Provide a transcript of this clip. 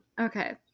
Okay